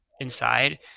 inside